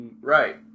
right